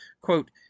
Quote